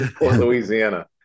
Louisiana